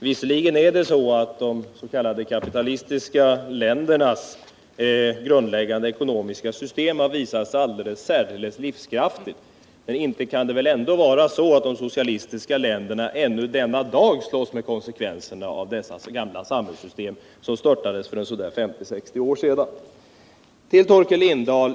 Visserligen har de s.k. kapitalistiska ländernas grundläggande ekonomiska system visat sig särdeles livskraftigt, men det kan väl ändå inte vara så att de socialistiska länderna ännu denna dag slåss med konsekvenserna av dessa gamla samhällssystem, som störtades för 50-60 år sedan. Så till Torkel Lindahl!